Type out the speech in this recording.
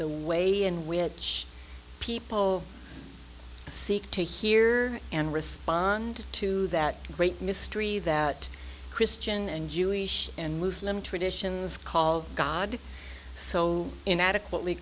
the way in which people seek to hear and respond to that great mystery that christian and jewish and muslim traditions call god so inadequate